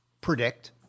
predict